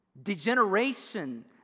Degeneration